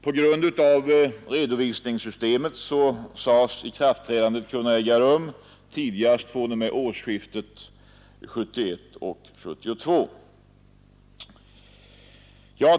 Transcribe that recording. På grund av redovisningssystemet sades ikraftträdandet kunna äga rum tidigast fr.o.m. årsskiftet 1971—1972.